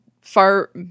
far